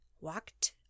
walked